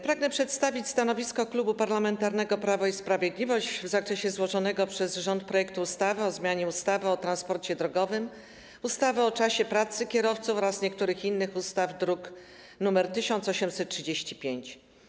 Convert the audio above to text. Pragnę przedstawić stanowisko Klubu Parlamentarnego Prawo i Sprawiedliwość w zakresie złożonego przez rząd projektu ustawy o zmianie ustawy o transporcie drogowym, ustawy o czasie pracy kierowców oraz niektórych innych ustaw, druk nr 1835.